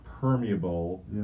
permeable